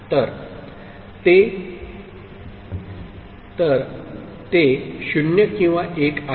तर ते 0 किंवा 1 आहे